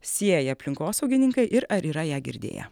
sieja aplinkosaugininkai ir ar yra ją girdėję